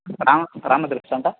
Rama Ramar ரெஸ்டாரண்ட்டா